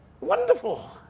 wonderful